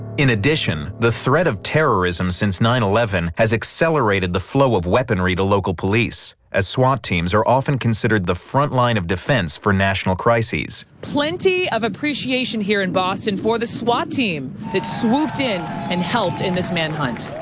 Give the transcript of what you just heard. in addition, the threat of terrorism since nine eleven has accelerated the flow of weaponry to local police, as swat teams are often considered the front line of defense for national crises. plenty of appreciation here in boston for the swat team that swooped in and helped in this manhunt.